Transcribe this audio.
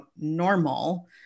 normal